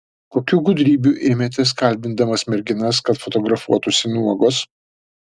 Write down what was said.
kokių gudrybių ėmėtės kalbindamas merginas kad fotografuotųsi nuogos